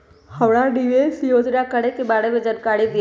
हमरा निवेस योजना के बारे में जानकारी दीउ?